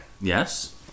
Yes